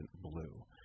blue